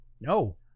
No